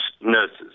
nurses